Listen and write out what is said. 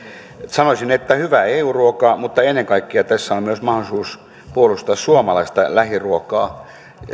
sanoisin että paitsi hyvää eu ruokaa ennen kaikkea tässä on mahdollisuus puolustaa myös suomalaista lähiruokaa